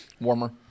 Warmer